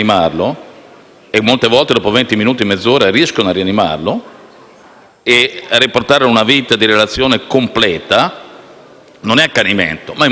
e a riportarlo a una vita di relazione completa: quello non è accanimento. Ma in molti Pronto soccorso questi medici vengono criticati. Infatti, nel momento in cui